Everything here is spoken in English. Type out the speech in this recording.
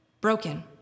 broken